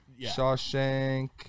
Shawshank